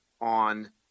on